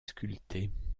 sculptées